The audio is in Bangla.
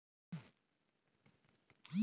অভ্যন্তরীণ রেট বা হার হচ্ছে যে হারে বিনিয়োগ করা হয়